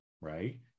Right